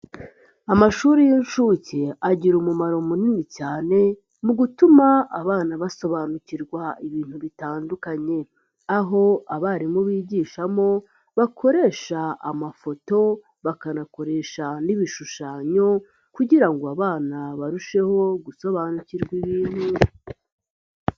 Amashuri y'inshuke agira umumaro munini cyane mu gutuma abana basobanukirwa ibintu bitandukanye, aho abarimu bigishamo bakoresha amafoto bakanakoresha n'ibishushanyo kugira ngo abana barusheho gusobanukirwa ibintu.